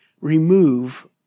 remove